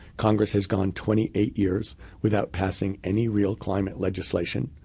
congress has gone twenty eight years without passing any real climate legislation.